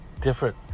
different